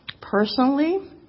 Personally